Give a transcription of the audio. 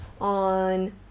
on